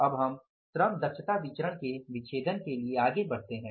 अब हम श्रम दक्षता विचरण के विच्छेदन के लिए बढ़ते हैं